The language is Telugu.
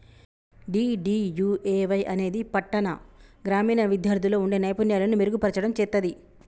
డీ.డీ.యూ.ఏ.వై అనేది పట్టాణ, గ్రామీణ విద్యార్థుల్లో వుండే నైపుణ్యాలను మెరుగుపర్చడం చేత్తది